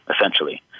essentially